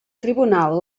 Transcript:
tribunal